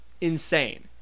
insane